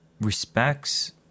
respects